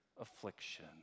affliction